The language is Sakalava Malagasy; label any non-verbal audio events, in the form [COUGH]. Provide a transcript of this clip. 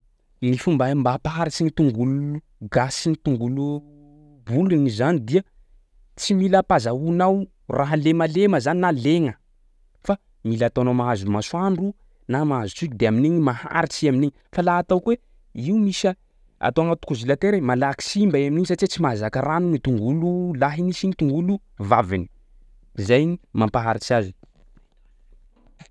Ny fomba e mba hampaharitsy ny tongolo gasy sy ny tongolo [HESITATION] bolony zany dia tsy mila ampazahoanao raha lemalema zany na legna fa mila ataonao mahazo masoandro na mahazo jilo de amin'igny maharitsy i amin'igny fa laha ataoko hoe io misy a atao agnaty congelatera i malaky simba i amin'iny satsia tsy mahazaka rano ny tongolo lahiny sy ny tongolo vaviny, zay mampaharitsy azy.